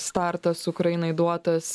startas ukrainai duotas